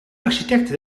architecte